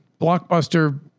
blockbuster